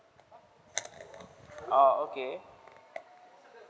oh okay